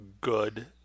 good